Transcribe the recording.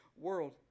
world